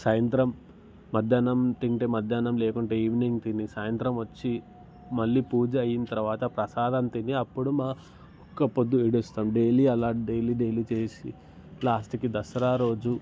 సాయంత్రం మధ్యాహ్నం తింటే మధ్యాహ్నం లేకుంటే ఈవెనింగ్ తిని సాయంత్రం వచ్చి మళ్ళీ పూజ అయినా తర్వాత ప్రసాదం తిని అప్పుడు మా యొక్క పొద్దు విడుస్తాం డైలీ అలా డైలీ డైలీ చేసి లాస్ట్కి దసరా రోజు